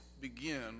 begin